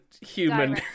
human